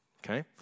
okay